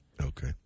Okay